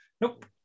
nope